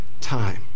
time